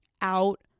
out